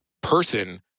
person